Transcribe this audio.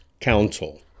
Council